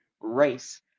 race